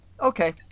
Okay